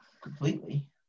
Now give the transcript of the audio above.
completely